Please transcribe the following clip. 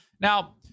now